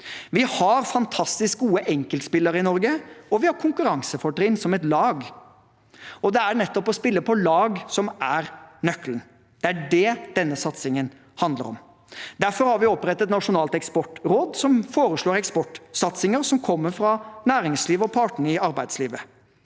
Vi har fantastisk gode enkeltspillere i Norge, og vi har konkurransefortrinn som et lag. Det er nettopp å spille på lag som er nøkkelen. Det er det denne satsingen handler om. Derfor har vi opprettet Nasjonalt eksportråd, som foreslår eksportsatsinger som kommer fra næringslivet og partene i arbeidslivet.